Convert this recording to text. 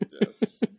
Yes